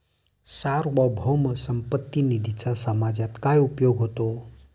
सार्वभौम संपत्ती निधीचा समाजात काय उपयोग होतो?